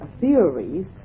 theories